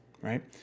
right